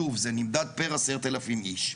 שוב, זה נמדד פר עשרת אלפים איש.